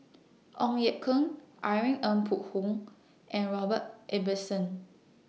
Ong Ye Kung Irene Ng Phek Hoong and Robert Ibbetson